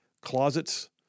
closets